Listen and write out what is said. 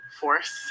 force